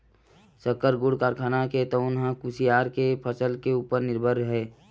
सक्कर, गुड़ कारखाना हे तउन ह कुसियार के फसल के उपर निरभर हे